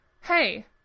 hey